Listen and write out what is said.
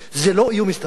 זה לא איום אסטרטגי?